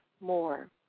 more